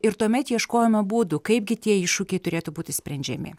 ir tuomet ieškojome būdų kaipgi tie iššūkiai turėtų būti sprendžiami